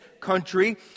country